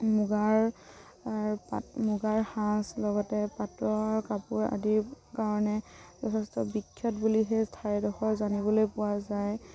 মুগাৰ পাট মুগাৰ সাঁজ লগতে পাটৰ কাপোৰ আদিৰ কাৰণে যথেষ্ট বিখ্যাত বুলি সেই ঠাইডোখৰ জানিবলৈ পোৱা যায়